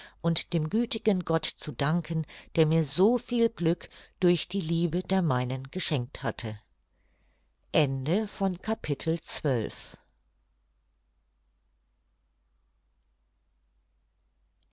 und dem gütigen gott zu danken der mir so viel glück durch die liebe der meinen geschenkt hatte